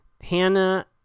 Hannah